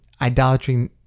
idolatry